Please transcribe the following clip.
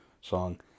song